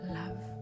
love